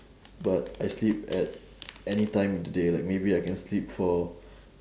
but I sleep at anytime of the day like maybe I can sleep for